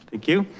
thank you.